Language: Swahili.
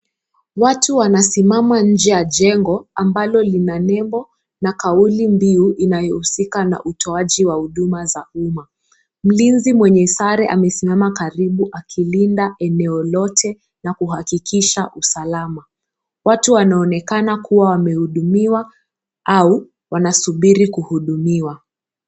Watu wanasimama nje ya jengo ambalo lina nembo na kauli mbiu inayohusika na utoaji wa huduma za umma. Mlinzi mwenye sare amesimama karibu akilinda eneo lote na kuhakikisha usalama. Watu wanaonekana kuwa wamehudumiwa au wanasubiri kuhudumiwa.